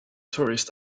tourist